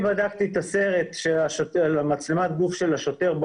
אני בדקתי את הסרט על מצלמת הגוף של השוטר.